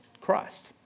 Christ